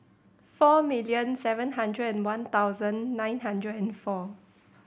four million seven hundred and one thousand nine hundred and four